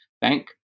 bank